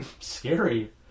scary